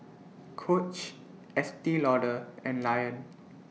Coach Estee Lauder and Lion